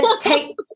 Take